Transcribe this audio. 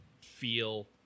feel